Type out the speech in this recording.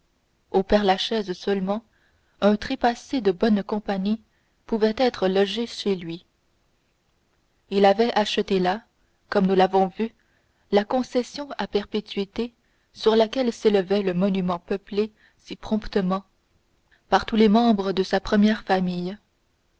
au père-lachaise seulement un trépassé de bonne compagnie pouvait être logé chez lui il avait acheté là comme nous l'avons vu la concession à perpétuité sur laquelle s'élevait le monument peuplé si promptement par tous les membres de sa première famille